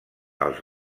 els